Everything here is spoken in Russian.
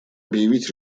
объявить